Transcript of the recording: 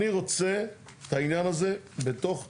אני רוצה את העניין הזה בתוך החוק.